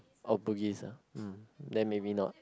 oh Bugis ah then maybe not